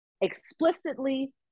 explicitly